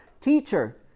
Teacher